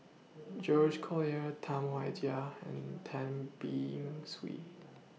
George Collyer Tam Wai Jia and Tan Be in Swee